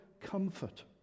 comfort